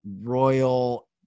royal